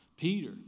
Peter